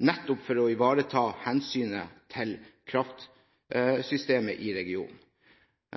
nettopp for å ivareta hensynet til kraftsystemet i regionen.